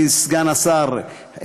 אדוני סגן השר,